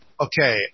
okay